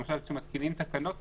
למשל כשמתקינים תקנות,